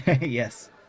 Yes